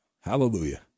Hallelujah